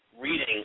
reading